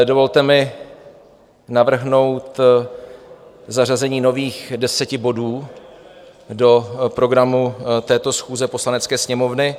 Dovolte mi navrhnout zařazení nových deseti bodů do programů této schůze Poslanecké sněmovny.